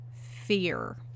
fear